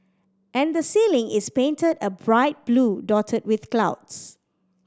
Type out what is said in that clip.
and the ceiling is painted a bright blue dotted with clouds